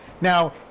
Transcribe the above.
Now